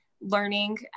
learning